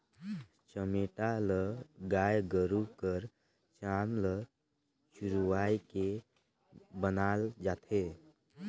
चमेटा ल गाय गरू कर चाम ल झुरवाए के बनाल जाथे